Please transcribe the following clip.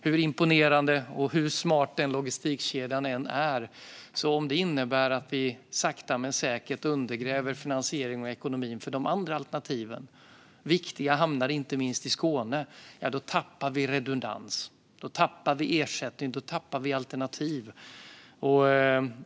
Hur imponerande och smart logistikkedjan än är, om den innebär att vi sakta men säkert undergräver finansiering och ekonomi för de andra alternativen, inte minst viktiga hamnar i Skåne, tappar vi ändå redundans. Då tappar vi ersättning och alternativ.